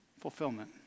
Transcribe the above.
fulfillment